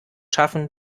schaffen